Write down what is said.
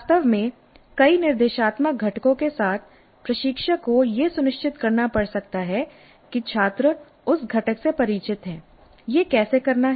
वास्तव में कई निर्देशात्मक घटकों के साथ प्रशिक्षक को यह सुनिश्चित करना पड़ सकता है कि छात्र उस घटक से परिचित हैं यह कैसे करना है